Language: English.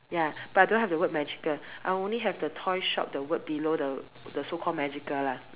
ya but don't have the word magical I only have the toy shop the word below the so call magical lah